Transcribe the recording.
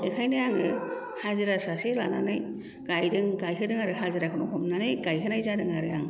बेखायनो आङो हाजिरा सासे लानानै गायदों गायहोदों आरो हाजिराखौनो हमनानै गायहोनाय जादों आरो आं